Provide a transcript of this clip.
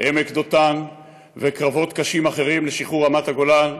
ובעמק דותן וקרבות קשים אחרים לשחרור רמת הגולן.